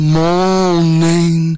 morning